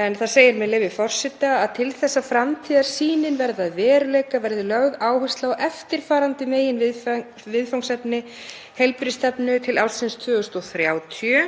en þar segir, með leyfi forseta: „Til þess að framtíðarsýnin verði að veruleika verði lögð áhersla á eftirfarandi meginviðfangsefni heilbrigðisstefnu til ársins 2030“